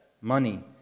money